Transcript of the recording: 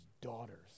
daughters